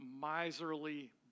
miserly